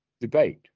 debate